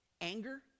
Anger